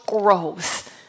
growth